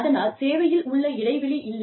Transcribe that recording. அதனால் சேவையில் உள்ள இடைவெளி இல்லை